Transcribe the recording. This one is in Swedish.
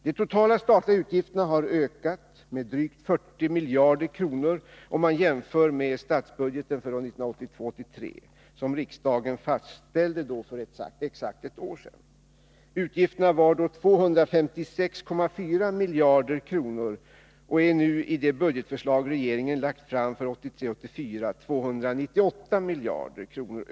De totala statliga utgifterna har ökats med drygt 40 miljarder kronor, om man jämför med den statsbudget för 1982 84, 298 miljarder.